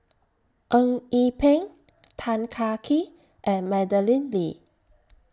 Eng Yee Peng Tan Kah Kee and Madeleine Lee